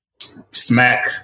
Smack